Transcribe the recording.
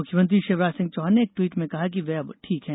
मुख्यमंत्री शिवराज सिंह चौहान ने एक ट्वीट में कहा है कि वे अब ठीक हैं